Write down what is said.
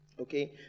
Okay